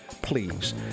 please